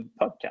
podcast